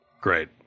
Great